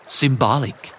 symbolic